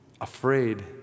afraid